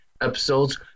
episodes